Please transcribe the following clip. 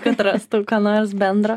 kad rastų ką nors bendro